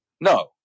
No